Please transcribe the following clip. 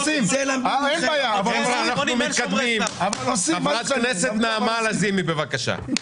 חברת הכנסת נעמה לזימי, בבקשה.